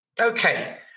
Okay